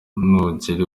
nugera